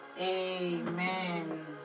amen